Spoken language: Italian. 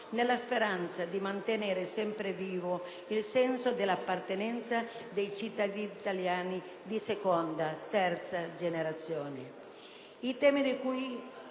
nella speranza di mantenere sempre vivo il senso d'appartenenza dei cittadini italiani di seconda e terza generazione. I temi di cui